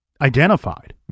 identified